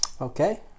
Okay